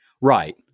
Right